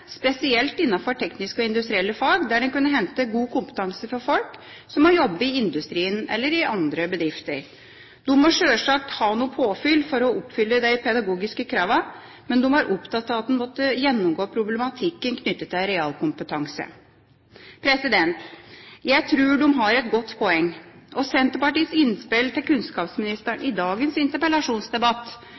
spesielt innenfor tekniske og industrielle fag, der de kunne hente god kompetanse fra folk som har jobbet i industrien eller i andre bedrifter. De må selvsagt ha noe påfyll for å oppfylle de pedagogiske kravene, men de var opptatt av at en måtte gjennomgå problematikken knyttet til realkompetanse. Jeg tror de har et godt poeng. Senterpartiets innspill til kunnskapsministeren i dagens interpellasjonsdebatt